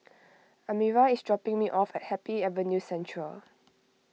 Elmira is dropping me off at Happy Avenue Central